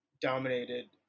dominated